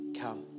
Come